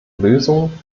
lösungen